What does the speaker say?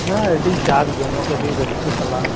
ᱦᱮᱸ ᱟ ᱰᱤ ᱡᱟᱠ ᱡᱚᱢᱚᱡ ᱟᱹᱰᱤ ᱨᱟᱹᱥᱠᱟᱹ ᱥᱟᱞᱟᱜ